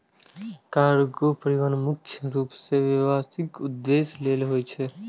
cargo परिवहन मुख्य रूप सं व्यावसायिक उद्देश्य लेल होइ छै